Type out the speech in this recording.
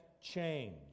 change